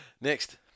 Next